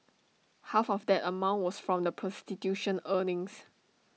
half of that amount was from the prostitution earnings